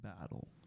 battle